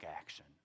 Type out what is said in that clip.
action